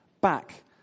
back